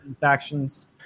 factions